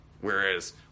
Whereas